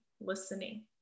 listening